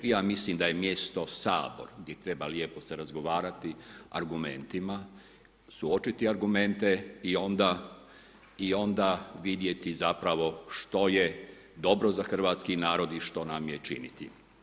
Ja mislim da je mjesto Sabor gdje treba lijepo se razgovarati argumentima, suočiti argumente i onda, i onda vidjeti zapravo što je dobro za hrvatski narod i što nam je činiti.